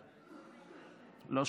אני לא שומע.